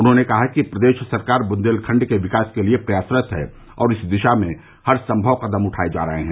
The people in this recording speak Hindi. उन्होंने कहा कि प्रदेश सरकार बुन्देलखण्ड के विकास के लिए प्रयासरत है और इस दिशा में हर सम्भव कदम उठाए जा रहे हैं